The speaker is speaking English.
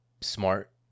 smart